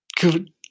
Good